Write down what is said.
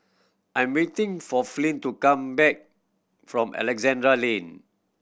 I'm waiting for Flint to come back from Alexandra Lane